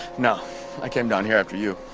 no i came down here after you.